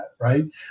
right